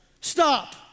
Stop